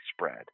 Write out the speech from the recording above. spread